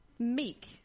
Meek